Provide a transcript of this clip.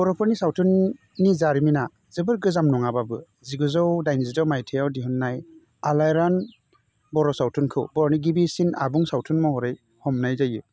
बर'फोरनि सावथुननि जारिमिना जोबोद गोजाम नङाबाबो जिगुजौ दाइनजि द' माइथायाव दिहुन्नाय आलायारन बर' सावथुनखौ बर'नि गिबिसिन आबुं सावथुन महरै गनायना लानाय जायो